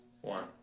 one